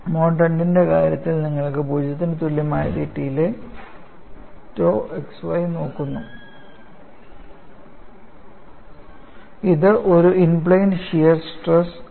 mode II ന്റെ കാര്യത്തിൽ നിങ്ങൾ 0 ന് തുല്യമായ തീറ്റയിലെ tau xy നോക്കുന്നു ഇത് ഒരു ഇൻ പ്ലെയിൻ ഷിയർ സ്ട്രെസ് ആണ്